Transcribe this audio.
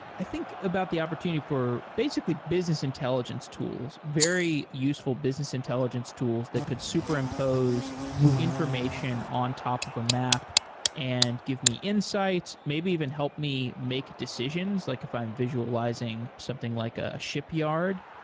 i think about the opportunity for basically, business intelligence tools, very useful business intelligence tools that could superimpose information on top of a map and give me insights, maybe even help me make decisions, like if i'm visualizing something like a shipyard.